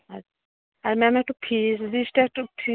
আচ্ছা আর ম্যাম একটু ফিজ একটু